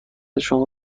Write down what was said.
شما